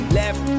left